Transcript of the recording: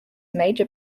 major